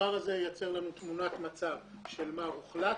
הדבר הזה ייצר לנו תמונת מצב של מה הוחלט,